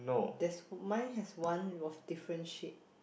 there's mine has one of different shade